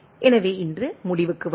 எனவே இன்று முடிவுக்கு வருவோம்